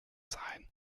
sein